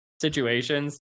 situations